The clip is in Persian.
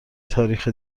تاریخ